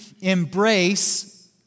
embrace